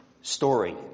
Story